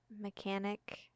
mechanic